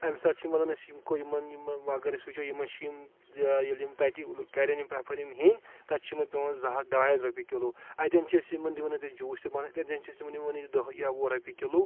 اَمہِ ساتہٕ چھِ یِم وَنان اسہِ یِمن یِمن اگر أسۍ وُچھو یِمن چھِ یِم ٲں ییٚلہِ یِم تَتہِ کَریٚن یِم پرٛیٚفَر یِم ہیٚندۍ تَتہِ چھُ یِمَن پیٚوان زٕ ہَتھ ڈاے ہتھ رۄپیہِ کِلوٗ اَتیٚن چھِ أسۍ یِمَن دِوان اَتہِ جوٗس تہِ بَنٲیِتھ اَتیٚن چھِ أسۍ تِمن دوان دَہ یا وُہ رۄپیہِ کِلوٗ